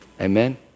Amen